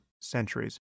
centuries